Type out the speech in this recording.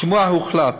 בשימוע הוחלט